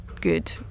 good